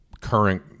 current